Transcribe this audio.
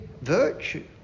virtue